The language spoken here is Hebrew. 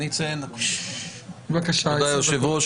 תודה, יושב הראש.